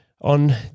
on